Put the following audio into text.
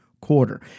quarter